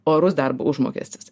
orus darbo užmokestis